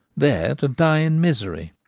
there to die in misery.